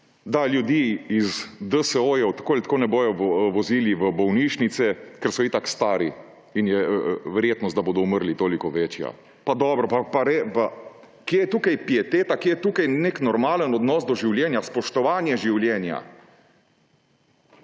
da ljudi iz DSO tako ali tako ne bodo vozili v bolnišnice, ker so itak stari in je verjetnost, da bodo umrli, toliko večja. Pa dobro, pa kje je tu pieteta?! Kje je tu nek normalen odnos do življenja, spoštovanje življenja?